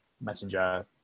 Messenger